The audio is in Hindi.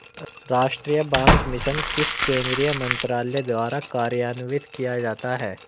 राष्ट्रीय बांस मिशन किस केंद्रीय मंत्रालय द्वारा कार्यान्वित किया जाता है?